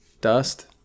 dust